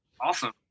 Awesome